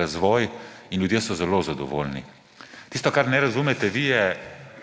razvoj in ljudje so zelo zadovoljni. Tisto, česar ne razumete vi, je,